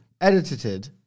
edited